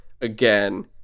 again